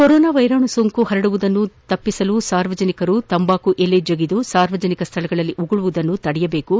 corona ವೈರಾಣು ಸೋಂಕು ಹರಡುವುದನ್ನು ತಡೆಯಲು ಸಾರ್ವಜನಿಕರು ತಂಬಾಕು ಎಲೆ ಜಗಿದು ಸಾರ್ವಜನಿಕ ಸ್ಥಳಗಳಲ್ಲಿ ಉಗುಳುವುದನ್ನು ತಡೆಯದೇಕು